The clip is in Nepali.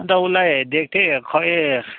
अनि त उसलाई दिएको थिएँ खै